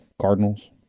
Cardinals